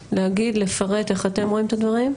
להגיד, לפרט איך אתם רואים את הדברים?